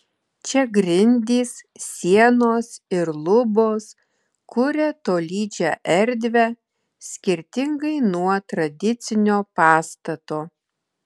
čia grindys sienos ir lubos kuria tolydžią erdvę skirtingai nuo tradicinio pastato